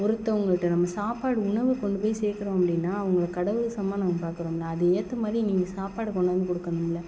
ஒருத்தவங்கள்ட நம்ம சாப்பாடு உணவு கொண்டு போய் சேர்க்குறோம் அப்படின்னா அவங்களை கடவுளுக்கு சமமாக நாங்கள் பார்க்குறோம்ல அது ஏத்தமாதிரி நீங்கள் சாப்பாடை கொண்டு வந்து கொடுக்கணும்ல